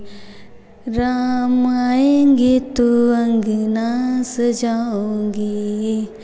राम आएँगे तो अंगना सजाऊँगी